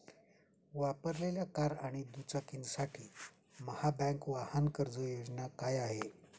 वापरलेल्या कार आणि दुचाकीसाठी महाबँक वाहन कर्ज योजना काय आहे?